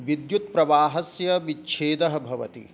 विद्युत् प्रवाहस्य विच्छेदः भवति